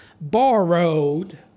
borrowed